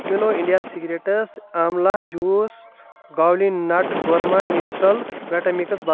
مِلٮ۪و India secrets amla juice کوالی نٹ گورمے نیچرل ویٖٹا مِکس بدل